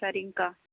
சரிங்க்கா